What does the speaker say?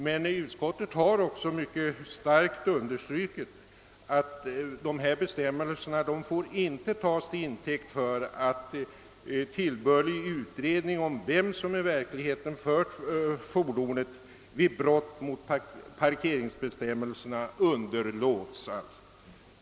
Men utskottsmajoriteten har också mycket kraftigt understrukit att dessa bestämmelser inte får tas till intäkt för att underlåta att göra tillbörlig utredning om vem som i verkligheten fört fordonet vid brott mot parkeringsbestämmelserna.